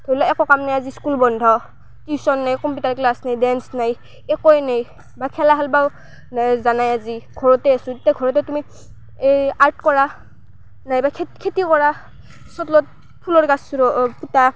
ধৰি ল একো কাম নাই আজি স্কুল বন্ধ টিউচন নাই কম্পিউটাৰ ক্লাছ নাই ডেন্স নাই একোৱেই নাই বা খেলা খেলিবও যোৱা নাই আজি ঘৰতে আছো তেতিয়া ঘৰতে তুমি এই আৰ্ট কৰা নাইবা খেত খেতিও কৰা চোতালত ফুলৰ গছ ৰো পোতা